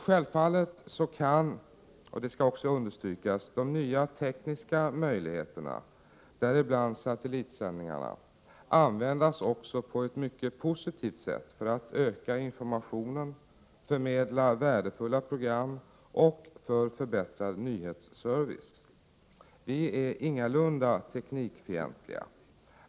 Självfallet kan — det skall också understrykas — de nya tekniska möjligheterna, däribland satellitsändningar, användas också på ett mycket positivt sätt för att öka informationen, för att förmedla värdefulla program och för förbättrad nyhetsservice. Vi är ingalunda teknikfientliga.